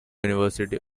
university